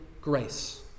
grace